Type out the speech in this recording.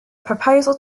proposal